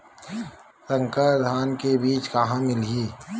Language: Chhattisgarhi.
संकर धान के बीज कहां मिलही?